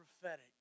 prophetic